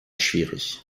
schwierig